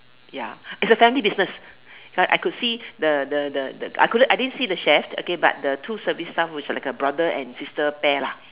ya is a family business is like I could see the the the the I couldn't I didn't see the chef okay but the two service staff which like a brother and sister pair lah